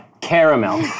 caramel